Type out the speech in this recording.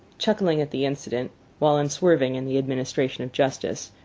chuckling at the incident while unswerving in the administration of justice,